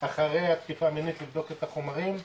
אחרי התקיפה המינית לבדוק את החומרים.